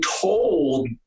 told